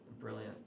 brilliant